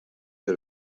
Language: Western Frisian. der